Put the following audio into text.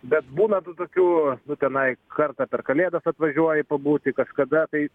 bet būna tokių nu tenai kartą per kalėdas atvažiuoji pabūti kažkada tai